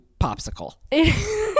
popsicle